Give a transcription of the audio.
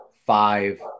five